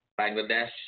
Bangladesh